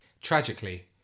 Tragically